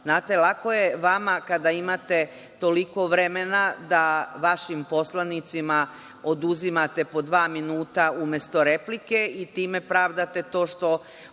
Znate, lako je vama kada imate toliko vremena da vašim poslanicima oduzimate po dva minuta umesto replike i time pravdate to što